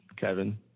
Kevin